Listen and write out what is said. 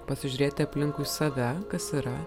pasižiūrėti aplinkui save kas yra